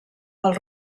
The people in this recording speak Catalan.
del